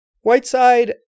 Whiteside